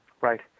Right